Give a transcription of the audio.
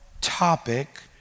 topic